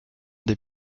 des